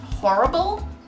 Horrible